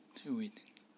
still waiting